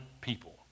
people